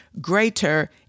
greater